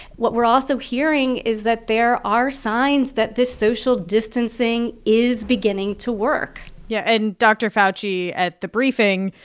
what we're also hearing is that there are signs that this social distancing is beginning to work yeah. and dr. fauci, at the briefing,